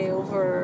over